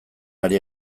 ari